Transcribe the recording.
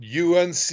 UNC